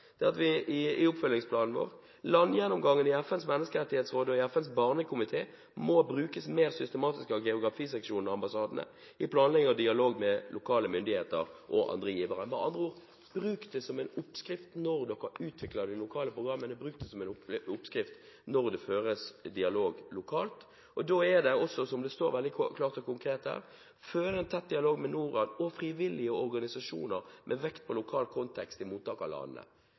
i FNs barnekomité må brukes mer systematisk av geografiseksjonene og ambassadene i planlegging og dialog med lokale myndigheter og andre givere.» Med andre ord: Bruk det som en oppskrift når dere utvikler de lokale programmene. Bruk det som oppskrift når det føres dialog lokalt. Som det også står veldig klart og konkret: «Føre en tett dialog med Norad og frivillige organisasjoner med vekt på lokal kontekst i mottakerlandene». Dette er jo kjernesakene, som Peter Skovholt Gitmark tar opp. Dette er en del av